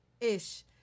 ish